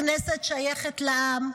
הכנסת שייכת לעם,